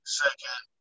second